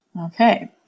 Okay